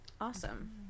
Awesome